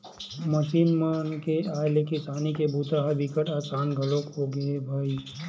machine मन के आए ले किसानी के बूता ह बिकट असान घलोक होगे हे भईर